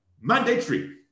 Mandatory